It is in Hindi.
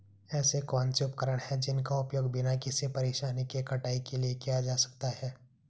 ऐसे कौनसे उपकरण हैं जिनका उपयोग बिना किसी परेशानी के कटाई के लिए किया जा सकता है?